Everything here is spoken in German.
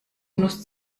nuss